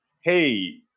hey